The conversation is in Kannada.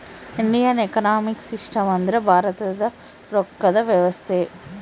ಇಂಡಿಯನ್ ಎಕನೊಮಿಕ್ ಸಿಸ್ಟಮ್ ಅಂದ್ರ ಭಾರತದ ರೊಕ್ಕದ ವ್ಯವಸ್ತೆ